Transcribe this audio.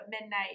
midnight